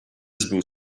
visible